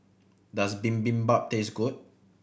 does Bibimbap taste good